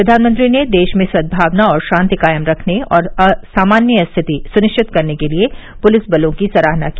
प्रधानमंत्री ने देश में सदभावना और शान्ति कायम रखने और सामान्य स्थिति सुनिश्चित करने के लिए पुलिस बलों की सराहना की